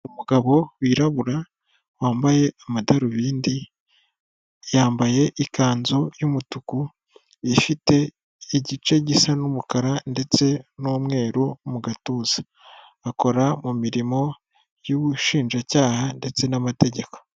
Umugabo wirabura wambaye amadarubindi, yambaye ikanzu y'umutuku ifite igice gisa numukara ndetse n'umweru mu gatuza. Akora mu mirimo y'ubushinjacyaha ndetse n'amategeko.